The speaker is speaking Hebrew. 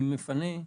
מי מפנה.